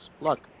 look